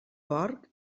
porc